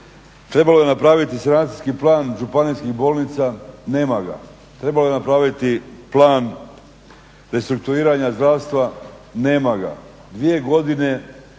Trebalo je napraviti sanacijski plan županijskih bolnica, nema ga. Trebalo je napraviti plan restrukturiranja zdravstva, nema ga. 2 godine